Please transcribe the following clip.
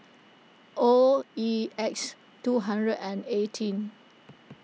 O E X two hundred and eighteen